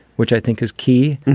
which i think is key.